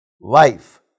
Life